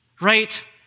right